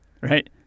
right